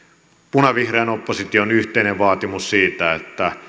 punavihreän opposition yhteinen vaatimus siitä että